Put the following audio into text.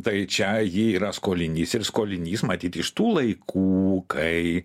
tai čia ji yra skolinys ir skolinys matyt iš tų laikų kai